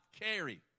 carry